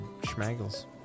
schmaggles